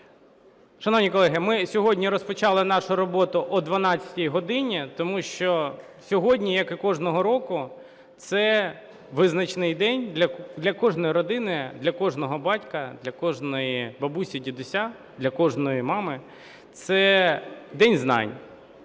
Шановні колеги, ми сьогодні розпочали нашу роботу о 12 годині, тому що сьогодні, як і кожного року, це визначний день для кожної родини, для кожного батька, для кожної бабусі, дідуся, для кожної мами, це День знань.